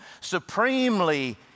supremely